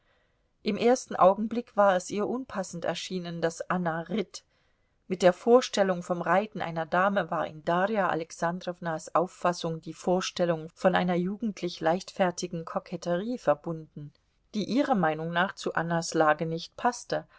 im ersten augenblick war es ihr unpassend erschienen daß anna ritt mit der vorstellung vom reiten einer dame war in darja alexandrownas auffassung die vorstellung von einer jugendlich leichtfertigen koketterie verbunden die ihrer meinung nach zu annas lage nicht paßte